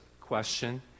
question